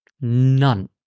None